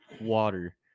water